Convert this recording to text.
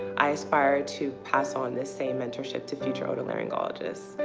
i aspire to pass on the same mentorship to future otolaryngologists.